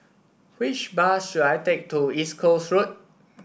which bus should I take to East Coast Road